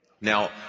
Now